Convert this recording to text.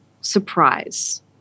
surprise